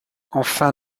enfin